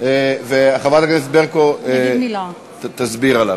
חברת הכנסת ברקו תסביר.